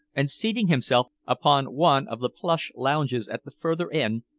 and seating himself upon one of the plush lounges at the further end,